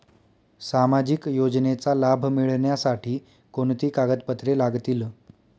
सामाजिक योजनेचा लाभ मिळण्यासाठी कोणती कागदपत्रे लागतील?